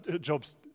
Job's